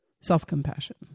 self-compassion